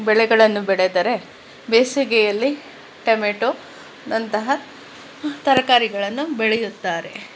ಬೆಳೆಗಳನ್ನು ಬೆಳೆದರೆ ಬೇಸಿಗೆಯಲ್ಲಿ ಟೊಮೆಟೊನಂತಹ ತರಕಾರಿಗಳನ್ನು ಬೆಳೆಯುತ್ತಾರೆ